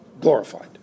glorified